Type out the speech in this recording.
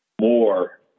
more